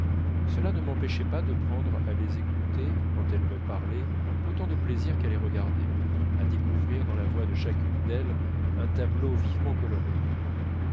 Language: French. cela ne m'empêchait pas de prendre à les écouter quand elles me parlaient autant de plaisir qu'à les regarder à découvrir dans la voix de chacune d'elles un tableau vivement coloré